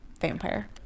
vampire